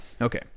Okay